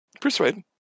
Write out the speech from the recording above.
Persuade